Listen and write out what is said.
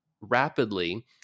rapidly